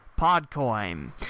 PodCoin